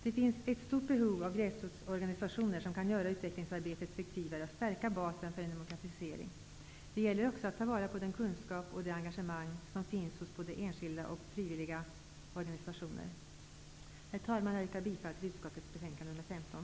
Det finns ett stort behov av gräsrotsorganisationer som kan göra utvecklingsarbetet effektivare och stärka basen för en demokratisering. Det gäller också att ta vara på den kunskap och det engagemang som finns hos både enskilda och frivilliga organisationer. Herr talman! Jag yrkar bifall till hemställan i utskottets betänkande 15.